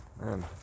man